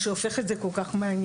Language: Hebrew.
מה שהופך את זה כל כך מעניין,